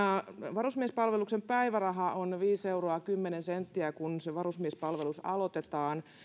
varusmiespalveluksen päiväraha on viisi euroa kymmenen senttiä kun varusmiespalvelus aloitetaan